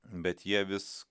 bet jie vis